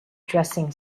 dressing